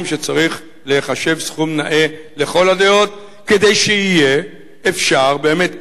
שצריך להיחשב סכום נאה לכל הדעות כדי שיהיה אפשר באמת,